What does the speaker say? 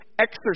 exercise